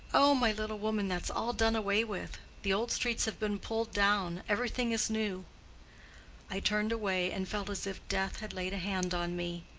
oh, my little woman, that's all done away with. the old streets have been pulled down everything is new i turned away and felt as if death had laid hand on me.